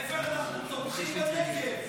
להפך, אנחנו תומכים בנגב.